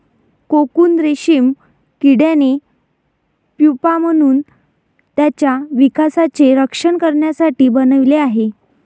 cocoon रेशीम किड्याने pupa म्हणून त्याच्या विकासाचे रक्षण करण्यासाठी बनवले आहे